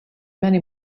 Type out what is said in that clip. many